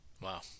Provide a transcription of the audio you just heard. Wow